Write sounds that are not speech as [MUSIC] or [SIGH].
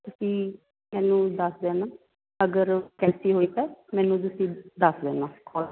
ਤੁਸੀਂ ਮੈਨੂੰ ਦੱਸ ਦੇਣਾ ਅਗਰ ਵਕੈਂਸੀ ਹੋਈ ਤਾਂ ਮੈਨੂੰ ਤੁਸੀਂ ਦੱਸ ਦੇਣਾ [UNINTELLIGIBLE]